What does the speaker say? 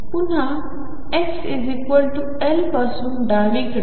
पुन्हा xL पासून डावीकडे